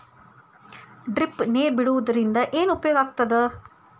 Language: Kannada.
ಡ್ರಿಪ್ ನೇರ್ ಬಿಡುವುದರಿಂದ ಏನು ಉಪಯೋಗ ಆಗ್ತದ?